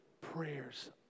prayers